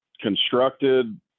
constructed